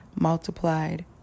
multiplied